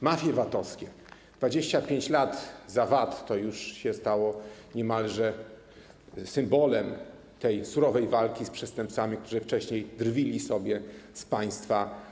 Mafie VAT-owskie, 25 lat za VAT - to stało się niemalże symbolem tej surowej walki z przestępcami, którzy wcześniej drwili sobie z państwa.